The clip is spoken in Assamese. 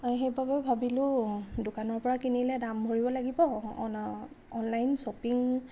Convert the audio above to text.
সেইবাবেও ভাবিলোঁ দোকানৰ পৰা কিনিলে দাম ভৰিব লাগিব অনা অনলাইন শ্বপিং